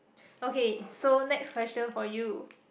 okay so next question for you